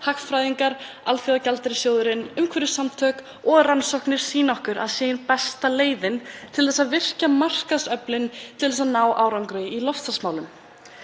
hagfræðingar, Alþjóðagjaldeyrissjóðurinn, umhverfissamtök og rannsóknir sýna okkur að séu besta leiðin til þess að virkja markaðsöflin til að ná árangri í loftslagsmálum.